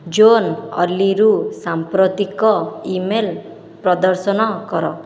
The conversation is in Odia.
ଜୋନ୍ ଅଲିରୁ ସାମ୍ପ୍ରତିକ ଇ ମେଲ୍ ପ୍ରଦର୍ଶନ କର